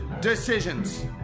decisions